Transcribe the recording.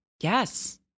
Yes